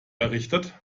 errichtet